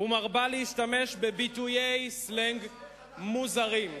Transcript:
ומרבה להשתמש בביטויי סלנג מוזרים.